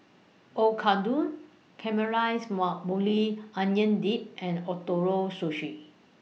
Oyakodon Caramelized Maui Onion Dip and Ootoro Sushi